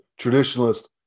traditionalist